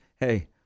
hey